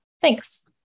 Thanks